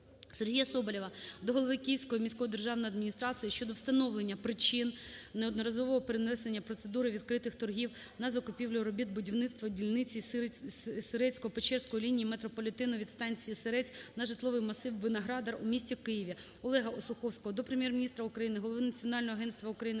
Сергія Соболєва до голови Київської міської державної адміністрації щодо встановлення причин неодноразового перенесення процедури відкритих торгів на закупівлю робіт "Будівництво дільниціСирецько-Печерської лінії метрополітену від станції "Сирець" на житловий масив Виноградар" у місті Києві". ОлегаОсуховського до Прем'єр-міністра України, голови Національного агентства України